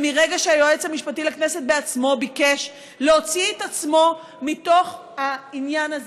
מרגע שהיועץ המשפטי לכנסת בעצמו ביקש להוציא את עצמו מתוך העניין הזה,